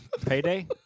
Payday